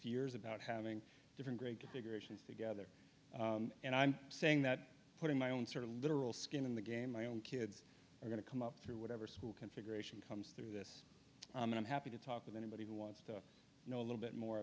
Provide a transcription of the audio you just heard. fears about having different great to figure actions together and i'm saying that putting my own sort of literal skin in the game my own kids are going to come up through whatever school configuration comes through this and i'm happy to talk with anybody who wants to know a little bit more